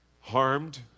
harmed